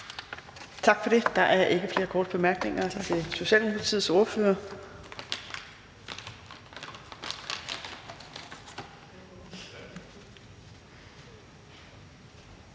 Tak for det. Der er ikke flere korte bemærkninger til Socialdemokratiets ordfører.